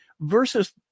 versus